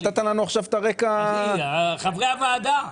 נתת לנו עכשיו את הרקע --- אני לא, חברי הוועדה.